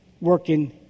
working